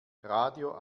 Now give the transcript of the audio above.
radio